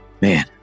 Man